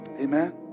Amen